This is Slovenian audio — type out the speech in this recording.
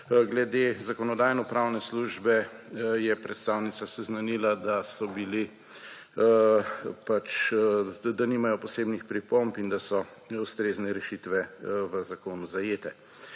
glede Zakonodajno-pravne službe je predstavnica seznanila, da nimajo posebnih pripomb in da so ustrezne rešitve v zakonu zajete.